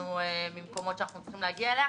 אותנו ממקומות שאנחנו צריכים להגיע אליהם,